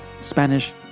spanish